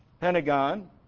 Pentagon